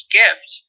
gift